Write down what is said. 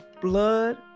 blood